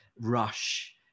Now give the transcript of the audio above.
rush